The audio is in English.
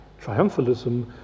triumphalism